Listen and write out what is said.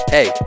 Hey